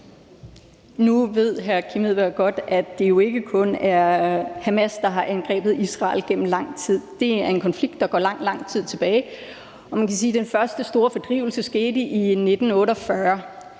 Nu ved hr. Kim Edberg Andersen godt, at det jo ikke kun er Hamas, der har angrebet Israel gennem lang tid. Det er en konflikt, der går lang, lang tid tilbage, og man kan sige, at den første store fordrivelse skete i 1948.